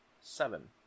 seven